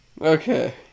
Okay